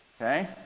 okay